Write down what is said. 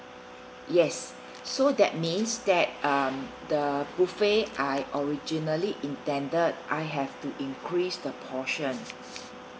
yes so that means that um the buffet I originally intended I have to increase the portion